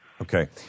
Okay